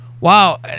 wow